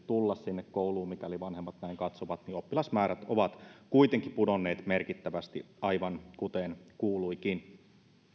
tulla sinne kouluun mikäli vanhemmat näin katsovat niin oppilasmäärät ovat kuitenkin pudonneet merkittävästi aivan kuten kuuluikin